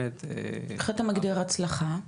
איך אתה מגדיר "הצלחה"?